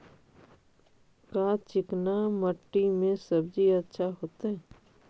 का चिकना मट्टी में सब्जी अच्छा होतै?